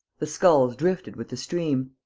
the sculls drifted with the stream.